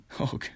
okay